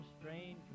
strange